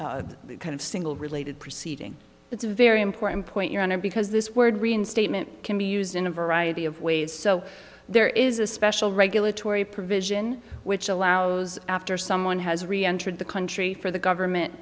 continued kind of single related proceeding it's a very important point your honor because this word reinstatement can be used in a variety of ways so there is a special regulatory provision which allows after someone has reentered the country for the government